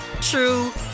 true